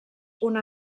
una